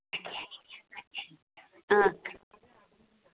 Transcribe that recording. हां